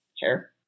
hair